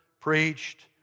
preached